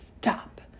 stop